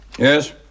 Yes